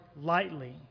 lightly